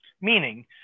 Meaning